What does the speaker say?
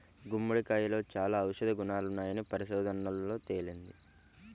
గుమ్మడికాయలో చాలా ఔషధ గుణాలున్నాయని పరిశోధనల్లో తేలింది